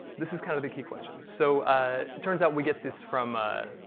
this is kind of the key question. so ah it turns out we get this from ah